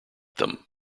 them